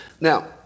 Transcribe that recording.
Now